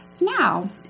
Now